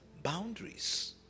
Boundaries